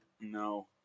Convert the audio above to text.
No